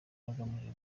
agamije